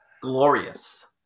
glorious